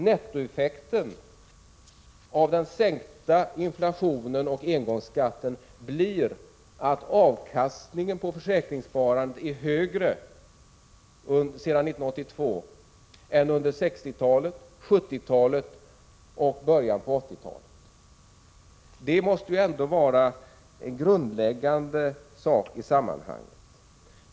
Nettoeffekten av inflationsminskningen och engångsskatten blir att avkastningen på försäkringssparandet sedan 1982 varit högre än under 1960-talet, 1970-talet och början av 1980-talet. Detta måste vara en fråga av grundläggande betydelse i sammanhanget.